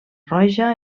roja